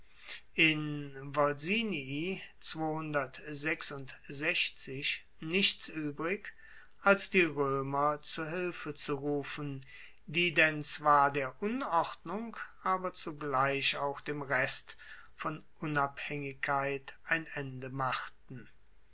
in volsinii nichts uebrig als die roemer zu hilfe zu rufen die denn zwar der unordnung aber zugleich auch dem rest von unabhaengigkeit ein ende machten